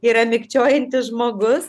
yra mikčiojantis žmogus